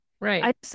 Right